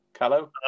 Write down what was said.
Hello